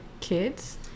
kids